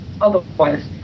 otherwise